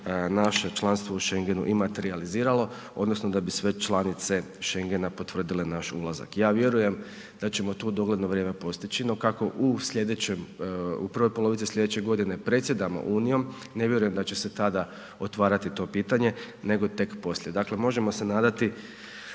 naše članstvo u Schengenu i materijaliziralo odnosno da bi sve članice Schengena potvrdile naš ulazak, ja vjerujem da ćemo to u dogledno vrijeme postići, no kako u slijedećem, u prvoj polovici slijedeće godine predsjedamo Unijom, ne vjerujem da će se tada otvarati to pitanje, nego tek poslije. Dakle, možemo se nadati